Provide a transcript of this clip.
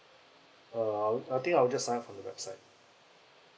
uh I think I'll just sign up from the website